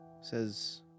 says